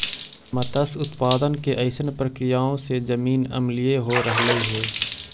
मत्स्य उत्पादन के अइसन प्रक्रियाओं से जमीन अम्लीय हो रहलई हे